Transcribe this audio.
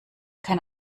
kein